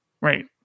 right